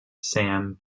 sam